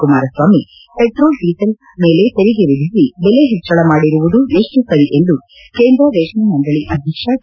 Kumaraswamy petrol diesel ಮೇಲೆ ತೆರಿಗೆ ವಿಧಿಸಿ ದೆಲೆ ಹೆಚ್ಚಳ ಮಾಡಿರುವುದು ಎಷ್ಟು ಸರಿ ಎಂದು ಕೇಂದ್ರ ರೇಷ್ನೆ ಮಂಡಳಿ ಅಧ್ಯಕ್ಷ ಕೆ